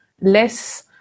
less